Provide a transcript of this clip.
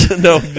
No